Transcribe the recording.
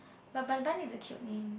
but Bun Bun is a cute name